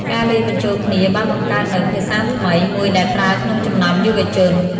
ការលាយបញ្ចូលគ្នាបានបង្កើតនូវ "ភាសាថ្មី" មួយដែលប្រើក្នុងចំណោមយុវជន។